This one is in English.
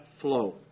flow